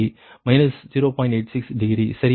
86 degree சரியா